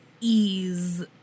ease